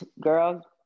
girl